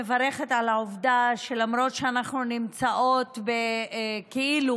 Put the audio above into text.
אני מברכת על העובדה שלמרות שאנחנו נמצאות כאילו